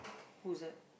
who's that